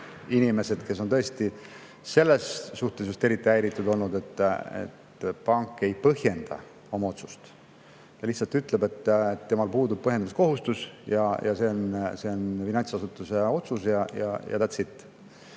inimesed, kes on just selle tõttu eriti häiritud olnud, et pank ei põhjenda oma otsust, ta lihtsalt ütleb, et temal puudub põhjendamiskohustus, see on finantsasutuse otsus jathat's it.